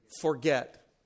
Forget